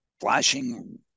flashing